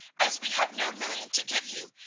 as we have no million to give you,